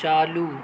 چالو